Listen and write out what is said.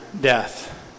death